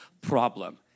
problem